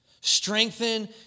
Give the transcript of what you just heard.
Strengthen